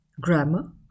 grammar